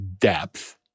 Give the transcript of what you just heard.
depth